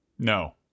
No